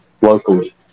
locally